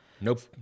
Nope